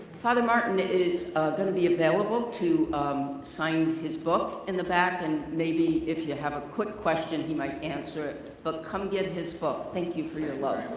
father martin is gonna be available to um sign his book in the back, and maybe if you have a quick question, he might answer it. but come get his book. thank you for your love.